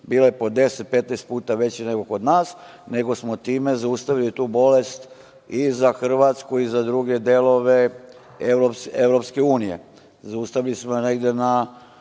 bile po 10, 15 puta veće nego kod nas, nego smo time zaustavili tu bolest i za Hrvatsku i za druge delove Evropske unije. Zaustavili smo je negde na